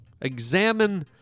Examine